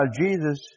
Jesus